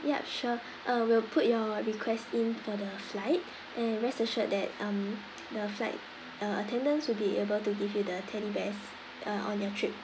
yup sure uh we'll put your request in for the flight and rest assured that um the flight uh attendants will be able to give you the teddy bears uh on your trip